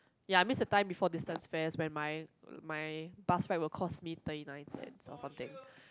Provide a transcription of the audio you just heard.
ya I mean the time before distance fare when my my bus will right cost me thirty nine cents or something